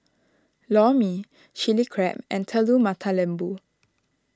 Lor Mee Chili Crab and Telur Mata Lembu